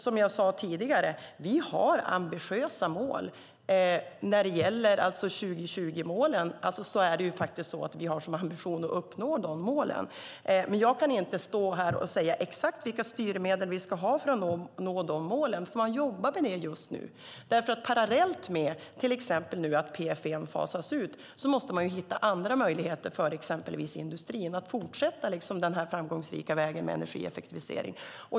Som jag sade tidigare har vi ambitiösa mål. När det gäller 2020-målen har vi som ambition att uppnå dem, men jag kan inte stå här och säga exakt vilka styrmedel vi ska ha för att nå målen, för det jobbar man med just nu. Parallellt med att PFE fasas ut nu måste man hitta andra möjligheter för exempelvis industrin att fortsätta den framgångsrika vägen med energieffektivisering.